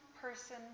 person